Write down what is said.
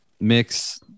mix